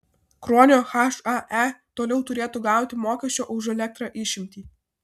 kruonio hae toliau turėtų gauti mokesčio už elektrą išimtį